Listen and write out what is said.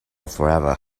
forever